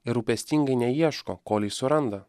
ir rūpestingai neieško kol jį suranda